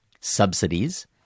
subsidies